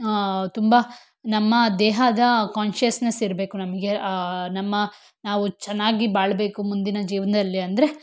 ತುಂಬ ನಮ್ಮ ದೇಹದ ಕಾನ್ಶಿಯಸ್ನೆಸ್ ಇರಬೇಕು ನಮಗೆ ನಮ್ಮ ನಾವು ಚೆನ್ನಾಗಿ ಬಾಳಬೇಕು ಮುಂದಿನ ಜೀವನದಲ್ಲಿ ಅಂದರೆ